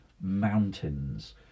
mountains